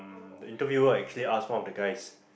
the interviewer actually asked one of the guys